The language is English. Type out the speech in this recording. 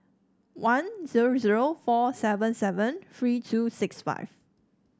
one zero zero four seven seven three two six five